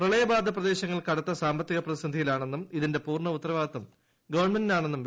പ്രളയബാധിത പ്രദേശങ്ങൾ കടുത്ത സാമ്പത്തിക പ്രതിസന്ധിയിലാണെന്നും ഇതിന്റെ പൂർണ്ണ ഉത്തരവാദിത്വം ഗവൺമെന്റിനാണെന്നും വി